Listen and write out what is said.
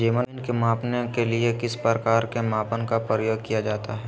जमीन के मापने के लिए किस प्रकार के मापन का प्रयोग किया जाता है?